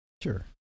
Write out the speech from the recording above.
Sure